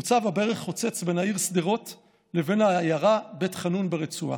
מוצב הברך חוצץ בין העיר שדרות לבין העיירה בית חאנון ברצועה.